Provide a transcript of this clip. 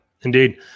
indeed